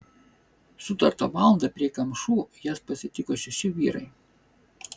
sutartą valandą prie kamšų jas pasitiko šeši vyrai